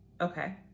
Okay